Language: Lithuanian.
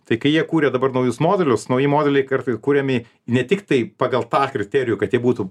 tai kai jie kūrė dabar naujus modelius nauji modeliai kartais kuriami ne tiktai pagal tą kriterijų kad jie būtų